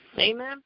amen